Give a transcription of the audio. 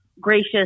gracious